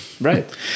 Right